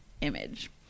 image